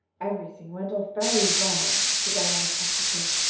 everything went off very well, said diana practically.